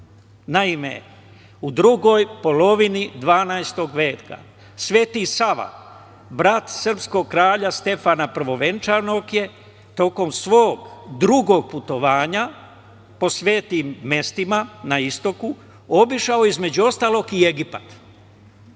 Naime, u drugoj polovini 12. veka, Sveti Sava, brat srpskog kralja Stefana Prvovenčanog, je tokom svog drugog putovanja po svetim mestima na istoku obišao, između ostalog, i Egipat.